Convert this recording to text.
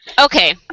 Okay